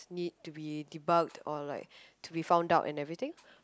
need to be debugged or like to be found out and everything